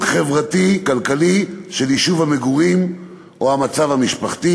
חברתי-כלכלי של יישוב המגורים או המצב המשפחתי.